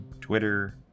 Twitter